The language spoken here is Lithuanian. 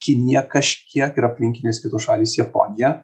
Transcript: kinija kažkiek ir aplinkinės kitos šalys japonija